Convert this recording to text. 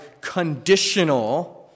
conditional